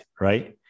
right